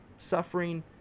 suffering